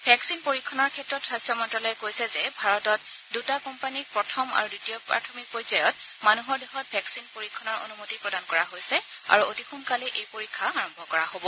vaccine পৰীক্ষণৰ ক্ষেত্ৰত স্বাস্থ্য মন্ত্যালয়ে কৈছে যে ভাৰতত দুটা কোম্পানীক প্ৰথম আৰু দ্বিতীয় প্ৰাথমিক পৰ্যায়ত মানুহৰ দেহত ভেকচিন পৰীক্ষণৰ অনুমতি প্ৰদান কৰা হৈছে আৰু অতি সোনকালে এই পৰীক্ষা আৰম্ভ কৰা হল